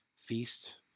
Feast